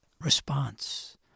response